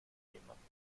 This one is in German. jemanden